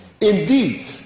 Indeed